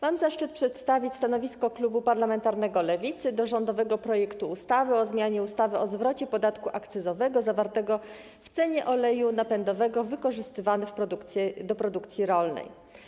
Mam zaszczyt przedstawić stanowisko klubu parlamentarnego Lewicy wobec rządowego projektu ustawy o zmianie ustawy o zwrocie podatku akcyzowego zawartego w cenie oleju napędowego wykorzystywanego do produkcji rolnej.